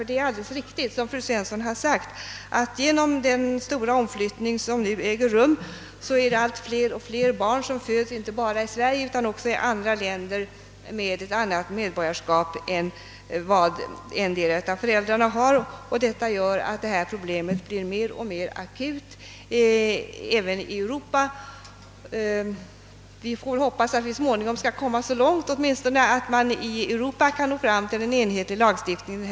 Det är alldeles riktigt, som fru Svensson sade, att genom den stora omflyttning, som nu äger rum, är det allt fler och fler barn som föds med ett annat medborgarskap än vad endera av föräldrarna har. Detta gäller inte bara Sverige. Problemet blir mer och mer akut i Europa. Vi får hoppas att vi så småningom skall komma åtminstone så långt att man i Europa får en enhetlig lagstiftning.